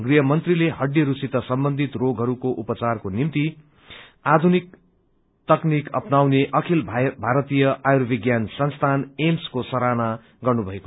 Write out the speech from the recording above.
गृहमन्त्रीले हड्डीहरूसित सम्बन्धित रोगहरूको उपचारको निम्ति आधुनिक तकनीक अपनाउने अखिल भारतीय आयुर्विज्ञान संस्थान एम्सको सराहना गर्नुभयो